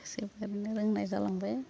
रोंनाय जालांबाय